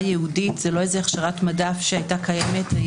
ייעודית זו לא הכשרת מדף שהייתה קיימת.